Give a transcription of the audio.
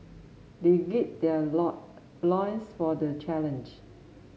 they gird their loin loins for the challenge